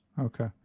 Okay